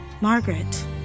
Margaret